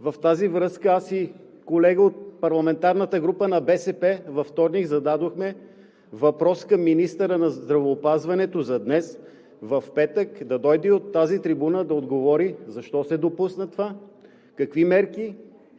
В тази връзка аз и колега от парламентарната група на БСП във вторник зададохме въпрос към министъра на здравеопазването за днес, петък. Да дойде и от тази трибуна да отговори: защо се допусна това; какви са